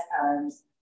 times